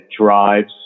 drives